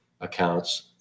accounts